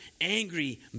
angry